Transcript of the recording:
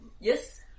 Yes